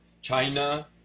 China